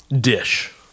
dish